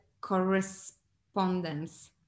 correspondence